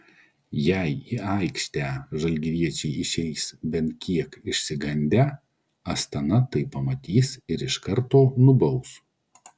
jei į aikštę žalgiriečiai išeis bent kiek išsigandę astana tai pamatys ir iš karto nubaus